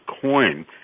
coin